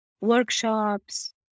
workshops